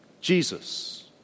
Jesus